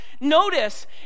Notice